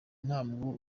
ntabwo